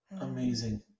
Amazing